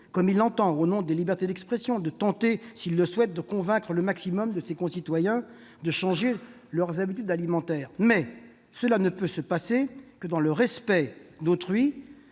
comme il l'entend et, au nom de la liberté d'expression, de tenter, s'il le souhaite, de convaincre le maximum de ces concitoyens de changer leurs habitudes alimentaires. Néanmoins, cela ne peut se passer que dans le respect d'autrui